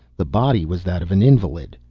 the body was that of an invalid.